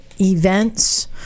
events